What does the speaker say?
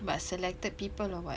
but selected people or what